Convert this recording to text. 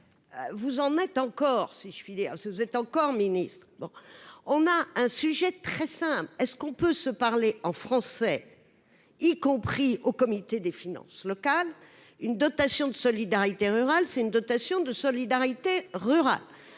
vous en êtes encore si je filais parce que vous êtes encore ministre, bon on a un sujet très simple est-ce qu'on peut se parler en français, y compris au comité des finances locales, une dotation de solidarité rurale c'est une dotation de solidarité rurale